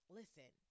listen